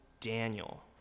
Daniel